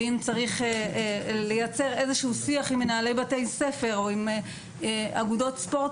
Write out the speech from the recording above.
ואם צריך לייצר איזשהו שיח עם מנהלי בתי ספר או עם אגודות ספורט